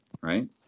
Right